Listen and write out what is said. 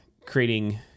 creating